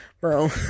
bro